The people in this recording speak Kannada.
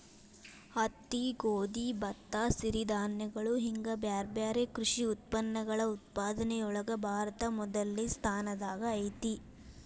ಹತ್ತಿ, ಗೋಧಿ, ಭತ್ತ, ಸಿರಿಧಾನ್ಯಗಳು ಹಿಂಗ್ ಬ್ಯಾರ್ಬ್ಯಾರೇ ಕೃಷಿ ಉತ್ಪನ್ನಗಳ ಉತ್ಪಾದನೆಯೊಳಗ ಭಾರತ ಮೊದಲ್ನೇ ಸ್ಥಾನದಾಗ ಐತಿ